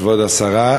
כבוד השרה,